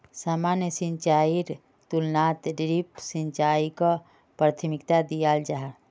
सामान्य सिंचाईर तुलनात ड्रिप सिंचाईक प्राथमिकता दियाल जाहा